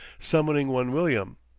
summoning one william.